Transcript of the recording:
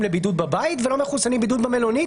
לבידוד בבית ולא מחוסנים לבידוד במלונית,